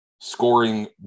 scoring